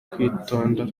kwitonda